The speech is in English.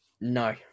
No